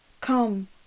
come